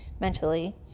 mentally